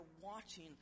watching